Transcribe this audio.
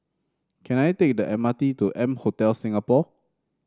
can I take the M R T to M Hotel Singapore